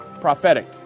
prophetic